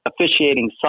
officiating